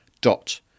dot